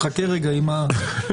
חכה רגע עם ה-Federalist.